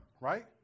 right